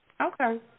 Okay